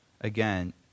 again